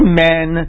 men